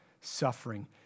suffering